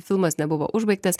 filmas nebuvo užbaigtas